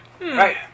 Right